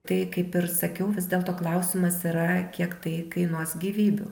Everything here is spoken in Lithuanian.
tai kaip ir sakiau vis dėlto klausimas yra kiek tai kainuos gyvybių